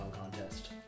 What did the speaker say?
Contest